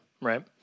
right